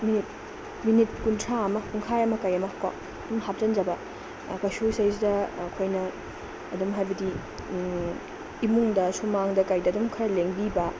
minute minute ꯀꯨꯟꯊ꯭ꯔꯥ ꯑꯃ ꯄꯨꯡꯈꯥꯏ ꯑꯃ ꯀꯩ ꯑꯃ ꯀꯣ ꯑꯗꯨꯝ ꯍꯥꯞꯆꯤꯟꯖꯕ ꯀꯩꯁꯨ ꯁꯤꯗꯩꯁꯤꯗ ꯑꯩꯈꯣꯏꯅ ꯑꯗꯨꯝ ꯍꯥꯏꯕꯗꯤ ꯏꯃꯨꯡꯗ ꯁꯨꯃꯥꯡꯗ ꯀꯩꯗ ꯑꯗꯨꯝ ꯈꯔ ꯂꯦꯡꯕꯤꯕ